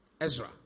Ezra